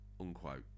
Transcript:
unquote